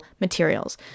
materials